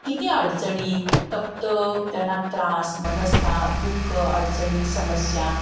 किती अडचणी तप्त त्यांना त्रास मनस्ताप दुःख अडचणी समस्या